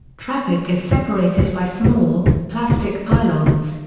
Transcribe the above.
traffic is separated by small, plastic pylons,